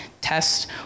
test